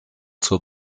zur